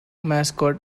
mascot